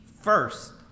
first